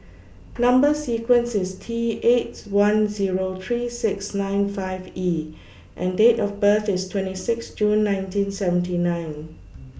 Number sequence IS T eight one Zero three six nine five E and Date of birth IS twenty six June nineteen seventy nine